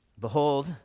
Behold